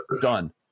Done